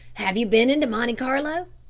have you been into monte carlo?